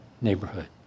neighborhood